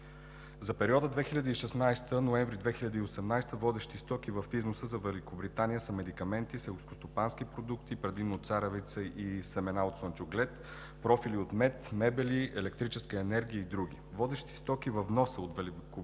За периода 2016 г. – ноември 2018 г. водещи стоки в износа за Великобритания са медикаменти, селскостопански продукти – предимно царевица и семена от слънчоглед, профили от мед, мебели, електрическа енергия и други. Водещи стоки във вноса от Великобритания